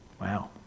Wow